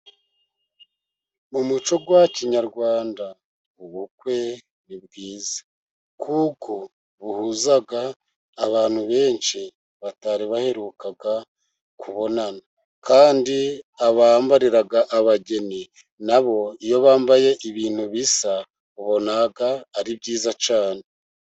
Umuco wa kinyarwanda. Ubukwe ni bwiza kuko buhuza abantu benshi batari baherutse kubonana kandi abambarira abageni nabo iyo bambaye ibintu bisa wabona ari byiza cyane.